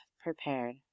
prepared